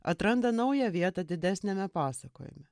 atranda naują vietą didesniame pasakojime